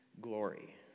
Glory